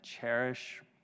cherish